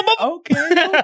okay